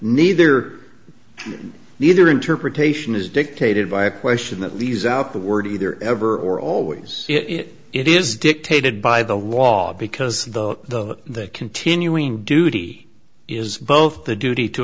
neither the other interpretation is dictated by a question that leaves out the word either ever or always it it is dictated by the law because the continuing duty is both the duty to